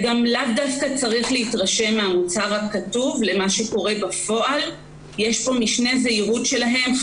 לא צריך בהכרח להתרשם מהמוצר הכתוב כי יש פה משנה זהירות שלהם.